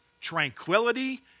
tranquility